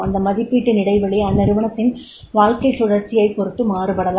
அந்த மதிப்பீட்டின் இடைவெளி அந்நிறுவனத்தின் வாழ்க்கைச் சுழற்சியைப் பொருத்து மாறுபடலாம்